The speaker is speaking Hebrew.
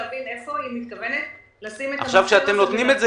כדי להבין איפה היא מתכוונת לשים את המכשיר הזה.